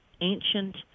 ancient